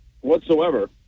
whatsoever